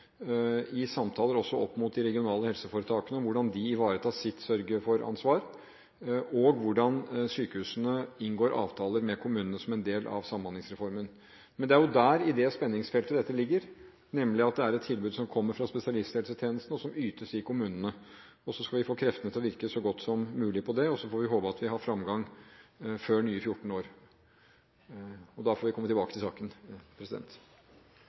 i samtaler med de regionale helseforetakene om hvordan de ivaretar sitt sørge-for-ansvar, og hvordan sykehusene inngår avtaler med kommunene som en del av Samhandlingsreformen. Det er i dette spenningsfeltet denne saken ligger, nemlig at det er et tilbud som kommer fra spesialisthelsetjenesten, og at det ytes i kommunene. Så skal vi få kreftene til å virke så godt som mulig og håpe at vi har gjort framgang før nye 14 år har gått. Da får vi komme tilbake til saken.